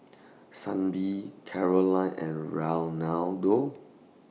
Sibbie Caroline and Reinaldo